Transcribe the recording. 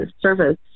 service